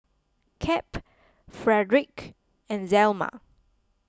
Cap Fredric and Zelma